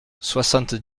soixante